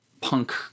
punk